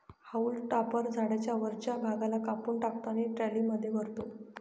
haulm topper झाडाच्या वरच्या भागाला कापून टाकतो आणि ट्रॉलीमध्ये भरतो